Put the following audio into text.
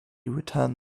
return